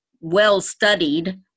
well-studied